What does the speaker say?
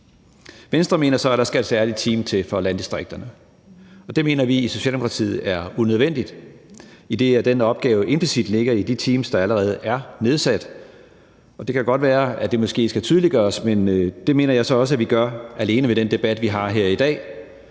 Venstre mener så, at der skal et særligt team til for landdistrikterne. Det mener vi i Socialdemokratiet er unødvendigt, idet den opgave implicit ligger i de teams, der allerede er nedsat, og det kan godt være, at det måske skal tydeliggøres. Men det mener jeg så også at vi gør alene ved den debat, vi har her i dag,